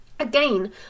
Again